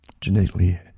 Genetically